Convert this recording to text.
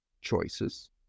choices